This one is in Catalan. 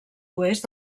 oest